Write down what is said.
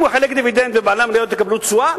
אם הוא יחלק דיבידנד ובעלי המניות יקבלו תשואה,